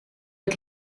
het